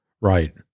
right